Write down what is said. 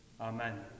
Amen